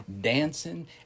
dancing